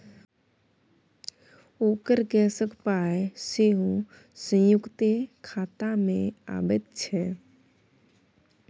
ओकर गैसक पाय सेहो संयुक्ते खातामे अबैत छै